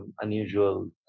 unusual